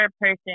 person